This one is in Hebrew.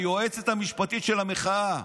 היועצת המשפטית של המחאה,